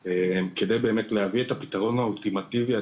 אנחנו באמת לפני הקורונה התחלנו לעבוד על מערכת מחשב